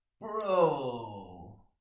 Bro